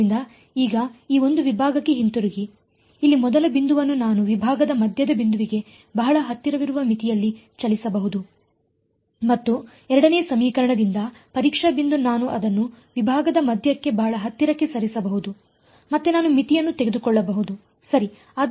ಆದ್ದರಿಂದ ಈಗ ಈ ಒಂದು ವಿಭಾಗಕ್ಕೆ ಹಿಂತಿರುಗಿ ಇಲ್ಲಿಗೆ ಮೊದಲ ಬಿಂದುವನ್ನು ನಾನು ವಿಭಾಗದ ಮಧ್ಯದ ಬಿಂದುವಿಗೆ ಬಹಳ ಹತ್ತಿರವಿರುವ ಮಿತಿಯಲ್ಲಿ ಚಲಿಸಬಹುದು ಮತ್ತು 2 ನೇ ಸಮೀಕರಣದಿಂದ ಪರೀಕ್ಷಾ ಬಿಂದು ನಾನು ಅದನ್ನು ವಿಭಾಗದ ಮಧ್ಯಕ್ಕೆ ಬಹಳ ಹತ್ತಿರಕ್ಕೆ ಸರಿಸಬಹುದು ಮತ್ತೆ ನಾನು ಮಿತಿಯನ್ನು ತೆಗೆದುಕೊಳ್ಳಬಹುದು ಸರಿ